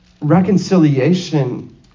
reconciliation